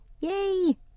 Yay